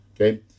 Okay